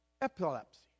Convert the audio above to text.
epilepsy